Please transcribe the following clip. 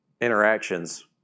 interactions